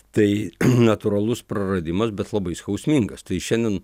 tai natūralus praradimas bet labai skausmingas tai šiandien